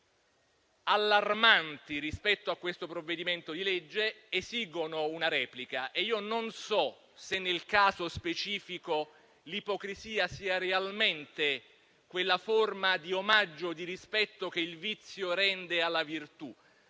allarmanti rispetto a questo provvedimento di legge esigono una replica. Non so se, nel caso specifico, l'ipocrisia sia realmente quella forma di omaggio e di rispetto che il vizio rende alla virtù;